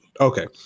okay